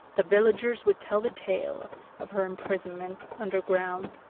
the villagers would tell the tale of her imprisonment underground,